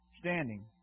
standing